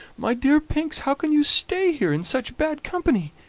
my dear pinks, how can you stay here in such bad company?